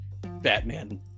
batman